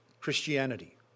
Christianity